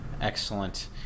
Excellent